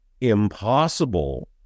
impossible